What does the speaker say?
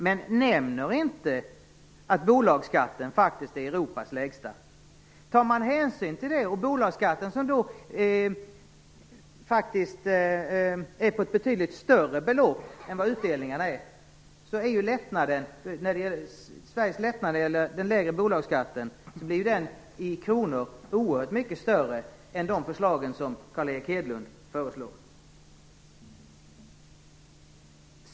Men han nämner inte att bolagsskatten faktiskt är Europas lägsta. Tar man hänsyn till det - och bolagsskatten är faktiskt på ett betydligt större belopp än vad utdelningarna är - så blir Sveriges lättnader när det gäller den lägre bolagsskatten i kronor räknat oerhört mycket större än i Carl Erik Hedlunds förslag.